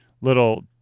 little